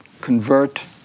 convert